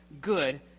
good